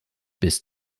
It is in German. bis